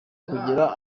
kugera